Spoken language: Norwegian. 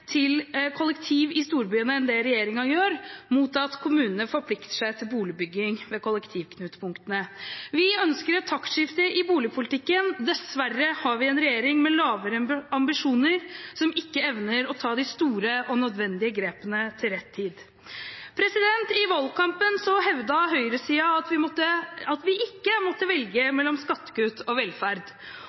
til kollektiv i storbyene enn det regjeringen gjør, mot at kommunene forplikter seg til boligbygging ved kollektivknutepunktene. Vi ønsker et taktskifte i boligpolitikken. Dessverre har vi en regjering med lavere ambisjoner, som ikke evner å ta de store og nødvendige grepene til rett tid. I valgkampen hevdet høyresiden at vi ikke måtte velge mellom skattekutt og velferd.